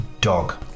dog